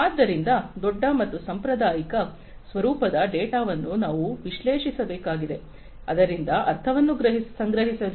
ಆದ್ದರಿಂದ ದೊಡ್ಡ ಮತ್ತು ಸಾಂಪ್ರದಾಯಿಕ ಸ್ವರೂಪದ ಡೇಟಾವನ್ನು ನಾವು ವಿಶ್ಲೇಷಿಸಬೇಕಾಗಿದೆ ಅದರಿಂದ ಅರ್ಥವನ್ನು ಸಂಗ್ರಹಿಸಲು